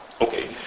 Okay